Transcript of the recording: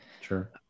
Sure